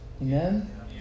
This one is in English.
Amen